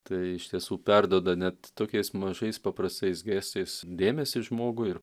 tai iš tiesų perduoda net tokiais mažais paprastais gestais dėmesį žmogui ir